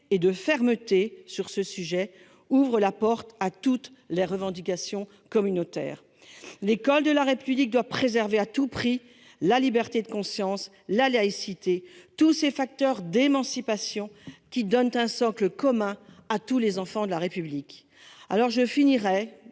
et de fermeté sur ce sujet ouvre la porte à toutes les revendications communautaires. L'école de la République doit préserver à tout prix la liberté de conscience, la laïcité, tous ces facteurs d'émancipation qui donnent un socle commun à tous les enfants de la République. Je terminerai